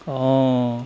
orh